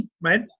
Right